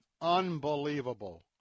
unbelievable